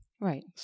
right